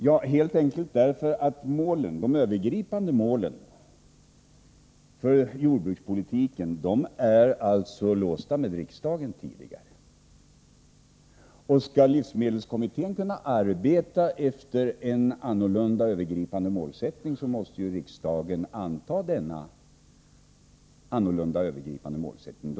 Ja, helt enkelt därför att de övergripande målen för jordbrukspolitiken är låsta av riksdagens tidigare beslut. Skall livsmedelskommittén kunna arbeta efter en annorlunda övergripande målsättning, måste riksdagen anta denna övergripande målsättning.